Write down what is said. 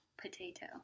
Potato